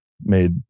made